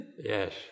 Yes